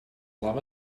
love